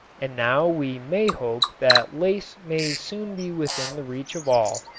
and now we may hope that lace may soon be within the reach of all,